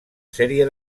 sèrie